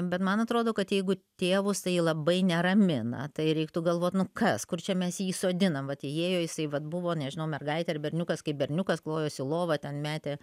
bet man atrodo kad jeigu tėvus tai labai neramina tai reiktų galvot nu kas kur čia mes jį įsodinam vat įėjo jisai vat buvo nežinau mergaitė ar berniukas kai berniukas klojosi lovą ten metė